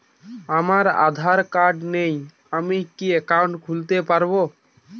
আমার আধার কার্ড নেই আমি কি একাউন্ট খুলতে পারব?